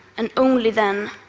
and only then,